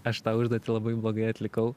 aš tą užduotį labai blogai atlikau